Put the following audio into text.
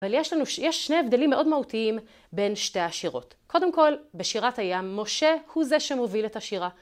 אבל יש לנו, יש שני הבדלים מאוד מהותיים בין שתי השירות. קודם כל בשירת הים, משה הוא זה שמוביל את השירה.